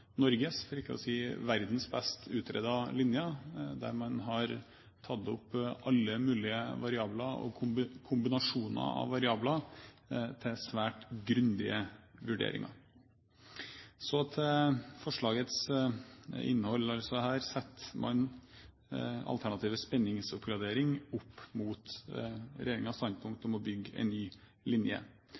Norges – for ikke å si verdens – best utredede linje. Man har tatt opp alle mulige variabler og kombinasjoner av variabler til svært grundige vurderinger. Så til forslagets innhold. Her setter man altså spenningsoppgradering opp mot regjeringens standpunkt om å bygge en ny linje.